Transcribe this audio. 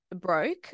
broke